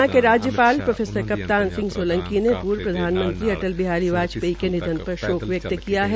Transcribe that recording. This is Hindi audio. हरियाणा के राजयपाल प्रो कप्तान सिंह सोलंकी ने पूर्व प्रधानमंत्री अटल बिहारी वाजपेयी के निधन पर शोक व्यक्त किया है